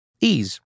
Ease